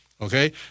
Okay